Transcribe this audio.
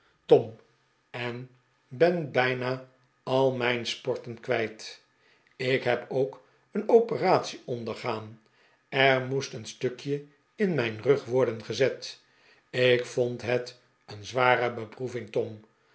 tom en ben bijna al mijn sporten kwijt ik heb ook een operatie ondergaan er moest een stukje in mijn rug worden gezet ik vond het een zware beproeving tom